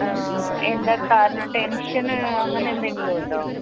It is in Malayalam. എന്താണ് കാരണം ടെൻഷൻ അങ്ങനെ എന്തെങ്കിലും ഉണ്ടോ